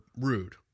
Rude